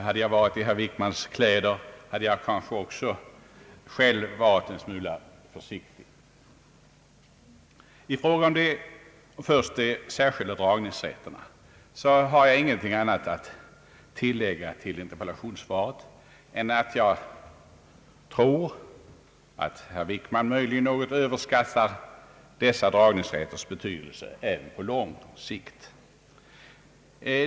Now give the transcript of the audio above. Hade jag varit i herr Wickmans kläder, hade kanske också jag varit en smula försiktig. I fråga om de särskilda dragningsrätterna har jag ingenting annat att tillägga till interpellationssvaret än att jag tror att herr Wickman något överskattar deras betydelse även på lång sikt.